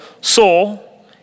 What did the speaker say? Soul